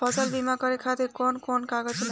फसल बीमा करे खातिर कवन कवन कागज लागी?